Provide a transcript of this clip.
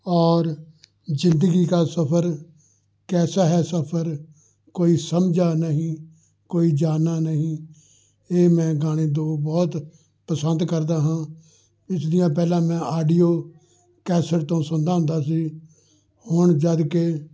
ਔਰ ਜ਼ਿੰਦਗੀ ਦਾ ਸਫਰ ਕੈਸਾ ਹੈ ਸਫਰ ਕੋਈ ਸਮਝਾ ਨਹੀਂ ਕੋਈ ਜਾਣਾ ਨਹੀਂ ਇਹ ਮੈਂ ਗਾਣੇ ਦੋ ਬਹੁਤ ਪਸੰਦ ਕਰਦਾ ਹਾਂ ਇਸ ਦੀਆਂ ਪਹਿਲਾਂ ਮੈਂ ਆਡੀਓ ਕੈਸਟ ਤੋਂ ਸੁਣਦਾ ਹੁੰਦਾ ਸੀ ਹੁਣ ਜਦ ਕਿ